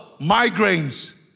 migraines